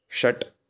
षट्